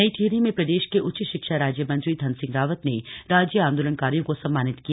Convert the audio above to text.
नई टिहरी में प्रदेश के उच्च शिक्षा राज्य मंत्री धन सिंह रावत ने राज्य आंदोलनकारियों को सम्मानित किया